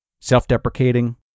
self-deprecating